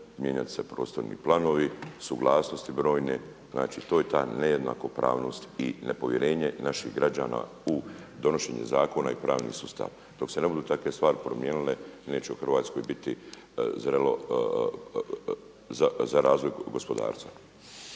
mijenjaju se prostorni planovi, suglasnosti brojne. Znači to je ta nejednakopravnost i nepovjerenje naših građana u donošenje zakona i pravni sustav. Dok se ne budu takve stvari promijenile neće u Hrvatskoj biti zrelo za razvoj gospodarstva.